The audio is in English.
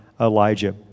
Elijah